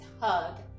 hug